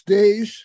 days